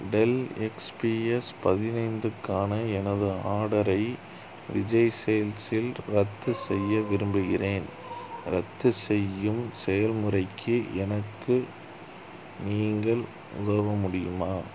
del XPS பதினைந்துக்கான எனது ஆர்டரை விஜய் சேல்ஸில் ரத்து செய்ய விரும்புகிறேன் ரத்துசெய்யும் செயல்முறைக்கு எனக்கு நீங்கள் உதவ முடியுமா